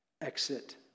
exit